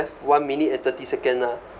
one minute and thirty second ah